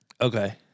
Okay